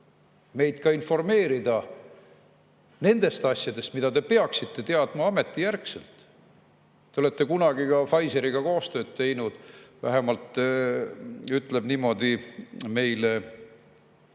meid informeerida nendest asjadest, mida te peaksite teadma ametijärgselt. Te olete kunagi ka Pfizeriga koostööd teinud, vähemalt ütleb niimoodi meile